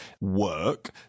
work